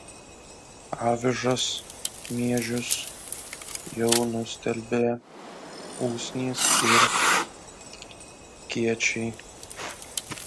avižas miežius jau nustelbė usnys ir kiečiai